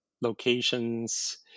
locations